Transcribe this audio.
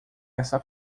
essa